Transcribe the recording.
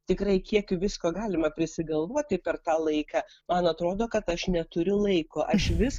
tikrai kiek visko galima prisigalvoti per tą laiką man atrodo kad aš neturiu laiko aš vis